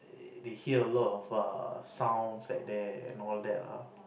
they hear a lot of err sounds at there and all that ah